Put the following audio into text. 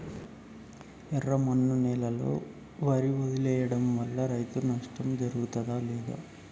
ఎర్రమన్ను నేలలో వరి వదిలివేయడం వల్ల రైతులకు నష్టం కలుగుతదా?